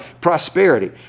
prosperity